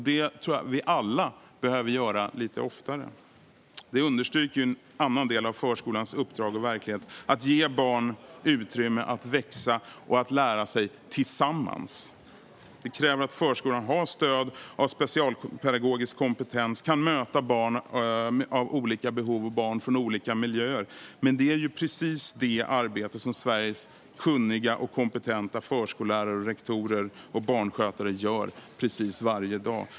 Det tror jag att vi alla behöver göra lite oftare. Det understryker en annan del av förskolans uppdrag och verklighet: att ge barn utrymme att växa och att lära sig tillsammans. Det kräver att förskolan har stöd av specialpedagogisk kompetens och kan möta barn med olika behov och barn från olika miljöer. Men det är precis det arbete som Sveriges kunniga och kompetenta förskollärare, rektorer och barnskötare gör varje dag.